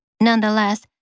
Nonetheless